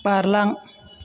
बारलां